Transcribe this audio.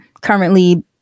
currently